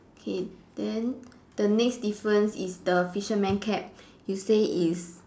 K then the next difference is the fisherman cap you say is